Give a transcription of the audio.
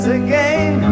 again